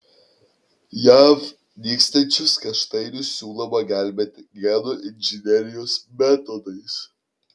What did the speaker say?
jav nykstančius kaštainius siūloma gelbėti genų inžinerijos metodais